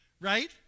right